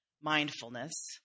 mindfulness